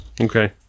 Okay